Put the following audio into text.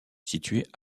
situées